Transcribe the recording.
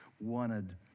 wanted